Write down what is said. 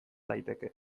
daiteke